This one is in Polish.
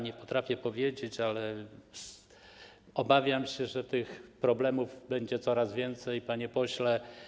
Nie potrafię powiedzieć, ale obawiam się, że tych problemów będzie coraz więcej, panie pośle.